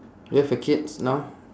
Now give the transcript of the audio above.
do you have a kids now